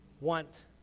want